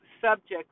subject